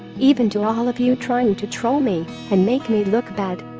even to all of you trying to troll me and make me look bad.